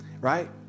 right